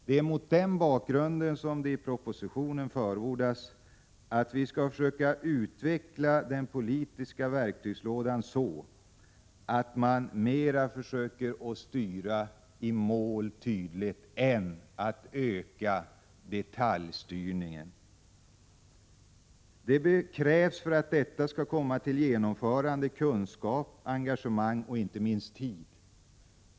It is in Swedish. Det är mot den bakgrunden som det i propositionen förordas att vi skall försöka utveckla den politiska verktygslådan så, att styrningen blir mer målinriktad i stället för att detaljstyrningen ökar. För att detta skall kunna genomföras krävs kunskap, engagemang och inte minst tid.